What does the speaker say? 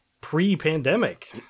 pre-pandemic